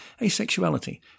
asexuality